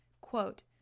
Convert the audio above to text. Quote